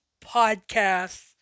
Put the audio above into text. podcasts